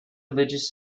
religious